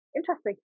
Interesting